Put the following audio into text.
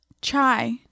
chai